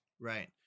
Right